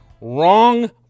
wrong